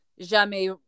jamais